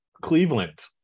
Cleveland